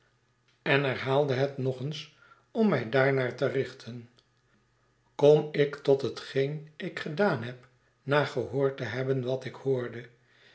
en herhaalde het nog eens om mij daarnaar te richten kom ik tot hetgeen ik gedaan heb na gehoord te hebben wat ik hoorde